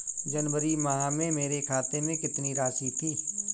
जनवरी माह में मेरे खाते में कितनी राशि थी?